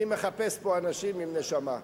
אני מחפש פה אנשים עם נשמה,